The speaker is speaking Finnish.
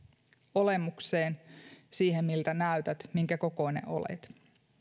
olemukseen siihen miltä näytät minkäkokoinen olet